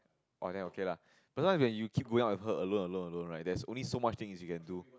oh then okay lah but sometimes when you keep going out with her alone alone alone right there's only so much things you can do